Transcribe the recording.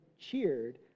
cheered